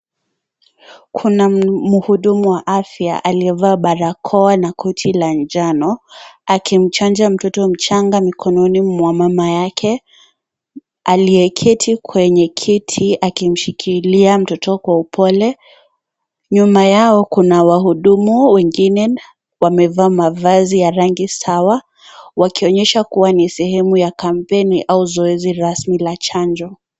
Kuna mhudumu wa afya aliyevaa barakoa na koti la njano, akimchanja mtoto mchanga mikononi mwa mama yake, aliyeketi kwenye kiti, akimshikilia mtoto kwa upole. Nyuma yao kuna wahudumu wengine na wamevaa mavazi ya rangi sawa, wakionyesha kuwa ni sehemu ya kampeni au zoezi rasmi la chanjo.